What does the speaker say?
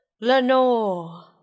Lenore